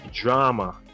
drama